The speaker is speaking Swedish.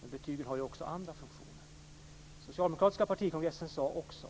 Men betygen har ju också andra funktioner. Den socialdemokratiska partikongressen sade också